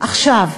עכשיו,